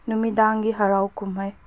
ꯅꯨꯃꯤꯗꯥꯡꯒꯤ ꯍꯔꯥꯎ ꯀꯨꯝꯍꯩ